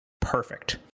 perfect